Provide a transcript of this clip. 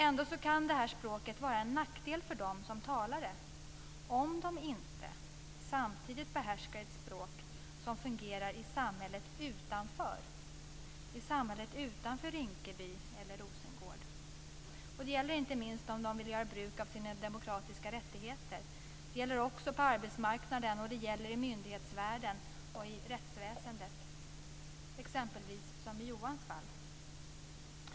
Ändå kan det här språket vara en nackdel för dem som talar det om de inte samtidigt behärskar ett språk som fungerar i samhället utanför Rinkeby eller Rosengård. Det gäller inte minst om de vill göra bruk av sina demokratiska rättigheter. Det gäller också på arbetsmarknaden, och det gäller i myndighetsvärlden och i t.ex. rättsväsendet, som i Johans fall.